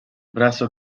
brazo